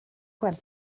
gweld